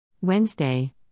Wednesday